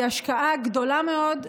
היא השקעה גדולה מאוד,